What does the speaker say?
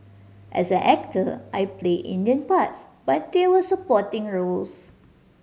as an actor I played Indian parts but they were supporting roles